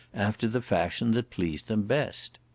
after the fashion that pleased them best.